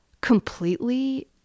completely